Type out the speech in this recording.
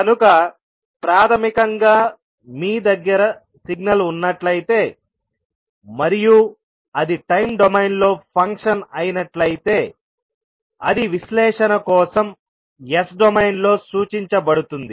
కనుక ప్రాథమికంగా మీ దగ్గర సిగ్నల్ ఉన్నట్లయితే మరియు అది టైమ్ డొమైన్ లో ఫంక్షన్ అయినట్లయితే అది విశ్లేషణ కోసం S డొమైన్లో సూచించబడుతుంది